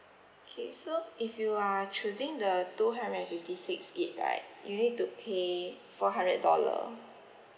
okay so if you are choosing the two hundred and fifty six G_B right you need to pay four hundred dollar